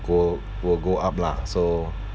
go will go up lah so